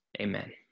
Amen